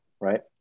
right